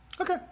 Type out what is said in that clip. Okay